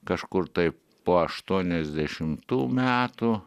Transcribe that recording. kažkur tai po aštuoniasdešimtų metų